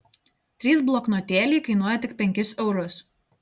trys bloknotėliai kainuoja tik penkis eurus